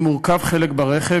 אם הורכב חלק ברכב,